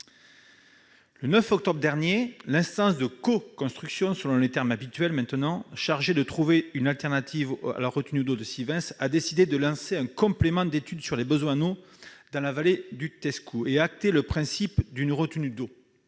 Le 9 octobre dernier, l'instance de coconstruction, selon les termes devenus habituels, chargée de trouver une alternative à la retenue d'eau de Sivens a décidé de lancer un complément d'étude sur les besoins en eau dans la vallée du Tescou. Si l'on peut se